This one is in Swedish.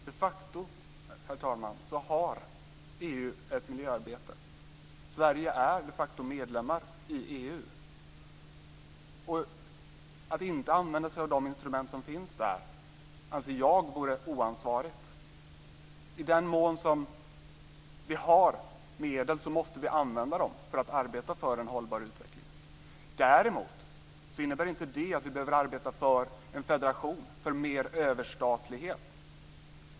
Herr talman! De facto har EU ett miljöarbete. Sverige är de facto medlem i EU. Att inte använda sig av de instrument som finns där anser jag vore oansvarigt. I den mån vi har medel måste vi använda dem för att arbeta för en hållbar utveckling. Däremot innebär inte det att vi behöver arbeta för en federation, för mer överstatlighet.